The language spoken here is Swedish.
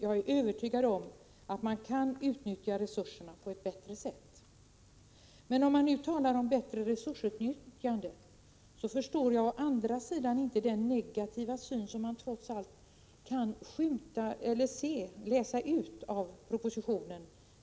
Jag är övertygad om att man kan utnyttja resurserna på ett bättre sätt. Men om man nu vill utnyttja resurserna bättre förstår jag inte den negativa syn på familjedaghem för skolbarn som framskymtar i propositionen.